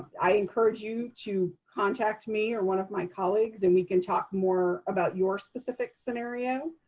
i encourage you to contact me or one of my colleagues, and we can talk more about your specific scenario.